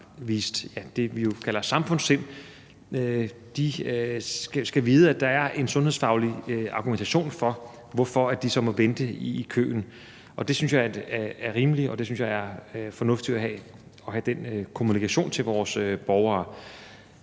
det, vi kalder samfundssind, skal vide, at der er en sundhedsfaglig argumentation for, hvorfor de så må vente i køen. Det synes jeg er rimeligt, og jeg synes, det er fornuftigt, at have den kommunikation til vores borgere.